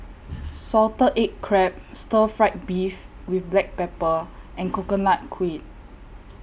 Salted Egg Crab Stir Fried Beef with Black Pepper and Coconut Kuih